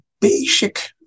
basic